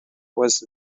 was